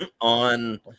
on